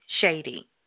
shady